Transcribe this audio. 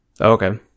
Okay